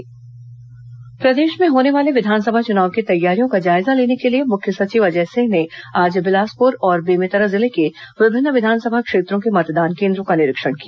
मुख्य सचिव मतदान केंद्र निरीक्षण प्रदेश में होने वाले विधानसभा चुनाव की तैयारियों का जायजा लेने के लिए मुख्य सचिव अजय सिंह ने आज बिलासपुर और बेमेतरा जिले के विभिन्न विधानसभा क्षेत्रों के मतदान केंद्रों का निरीक्षण किया